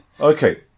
Okay